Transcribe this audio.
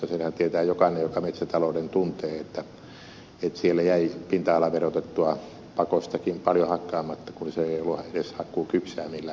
senhän tietää jokainen joka metsätalouden tuntee että siellä jäi pinta alaverotettua pakostakin paljon hakkaamatta kun se ei ollut edes hakkuukypsää millään tavalla